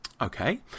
Okay